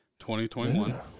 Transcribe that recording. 2021